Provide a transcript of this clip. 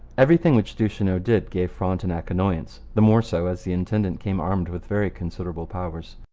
everything which duchesneau did gave frontenac annoyance the more so as the intendant came armed with very considerable powers.